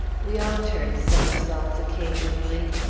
we all turn somersaults occasionally.